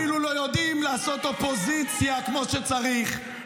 -- אפילו לא יודעים לעשות אופוזיציה כמו שצריך,